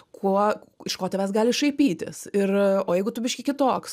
kuo iš ko tavęs gali šaipytis ir o jeigu tu biškį kitoks